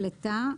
"פליטה"